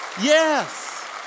yes